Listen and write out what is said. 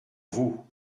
vous